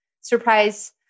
surprise